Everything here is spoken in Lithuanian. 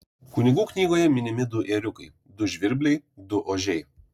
kunigų knygoje minimi du ėriukai du žvirbliai du ožiai